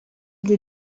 des